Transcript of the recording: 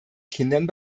kindern